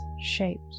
shaped